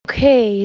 Okay